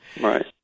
Right